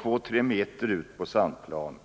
två tre meter ut på sandplanen.